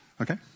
Okay